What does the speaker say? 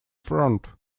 front